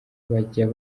bajya